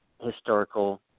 historical